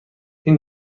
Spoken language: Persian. این